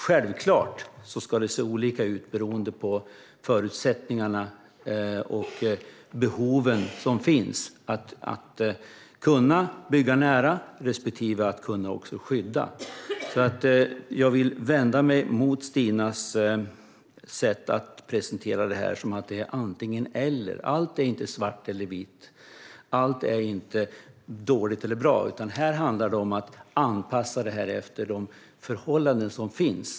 Självklart ska det dock se olika ut beroende på de förutsättningar och behov som finns. Man ska kunna bygga nära och även skydda. Jag vill därför vända mig mot Stinas sätt att presentera detta som att det är antingen eller. Allt är inte svart eller vitt, och allt är inte dåligt eller bra. Det handlar i stället om att anpassa detta efter de förhållanden som finns.